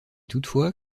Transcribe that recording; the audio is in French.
toutefois